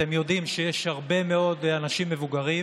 אתם יודעים שיש הרבה מאוד אנשים מבוגרים